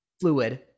fluid